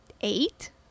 eight